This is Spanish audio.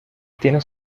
tienes